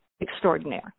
extraordinaire